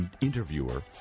interviewer